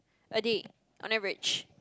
ready on average